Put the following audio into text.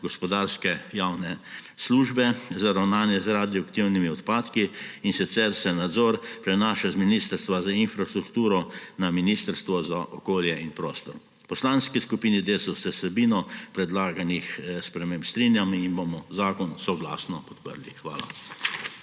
gospodarske javne službe za ravnanje z radioaktivnimi odpadki, in sicer se nadzor prenaša iz Ministrstva za infrastrukturo na Ministrstvo za okolje in prostor. V Poslanski skupini Desus se z vsebino predlaganih sprememb strinjamo in bomo zakon soglasno podprli. Hvala.